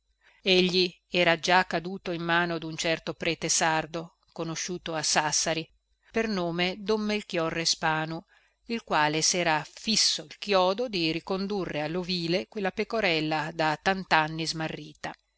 egli era già caduto in mano dun certo prete sardo conosciuto a sassari per nome don melchiorre spanu il quale s era fisso il chiodo di ricondurre allovile quella pecorella da tantanni smarrita